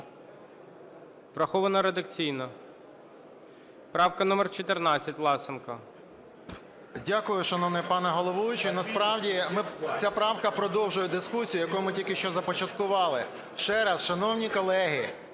Врахована редакційно. Правка номер 14, Власенко. 10:24:43 ВЛАСЕНКО С.В. Дякую, шановний пане головуючий. Насправді ця правка продовжує дискусію, яку ми тільки що започаткували. Ще раз, шановні колеги,